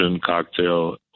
cocktail